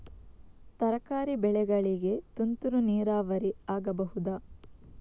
ತರಕಾರಿ ಬೆಳೆಗಳಿಗೆ ತುಂತುರು ನೀರಾವರಿ ಆಗಬಹುದಾ?